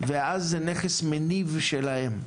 ואז זה נכס מניב שלהם.